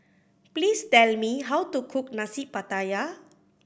please tell me how to cook Nasi Pattaya